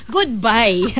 Goodbye